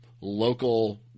local